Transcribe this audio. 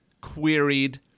queried